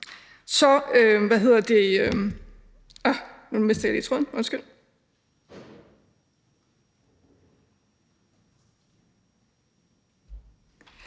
– hvad hedder de?